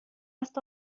هست